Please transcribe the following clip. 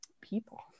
people